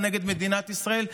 הוא נגד מדינת ישראל,